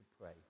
pray